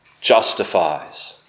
justifies